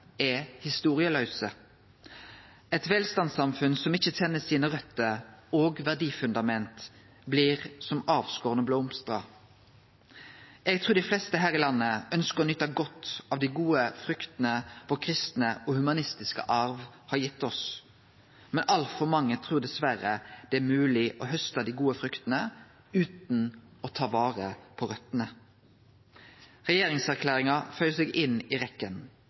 er historielause. Eit velstandssamfunn som ikkje kjenner røtene og verdifundamenta sine, blir som avskorne blomstrar. Eg trur dei fleste her i landet ønskjer å nyte godt av dei gode fruktene vår kristne og humanistiske arv har gitt oss. Men altfor mange trur dessverre det er mogleg å hauste dei gode fruktene utan å ta vare på røtene. Regjeringserklæringa føyer seg inn i